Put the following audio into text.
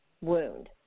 wound